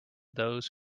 those